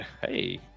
hey